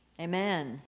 Amen